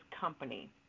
company